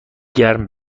گرم